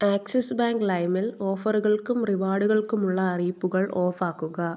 axis bank ലൈമിൽ ഓഫറുകൾക്കും റിവാർഡുകൾക്കുമുള്ള അറിയിപ്പുകൾ ഓഫ് ആക്കുക